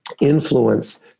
influence